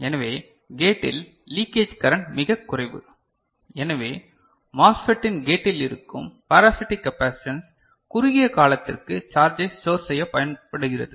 எனவே கேட்டில் leakage current மிகச் குறைவு எனவே மோஸ்ஃபெட்டின் கேட்டில் இருக்கும் பாராசிட்டிக் கபாசிட்டன்ஸ் குறுகிய காலத்திற்கு சார்ஜ்ஜை ஸ்டோர் செய்யப் பயன்படுகிறது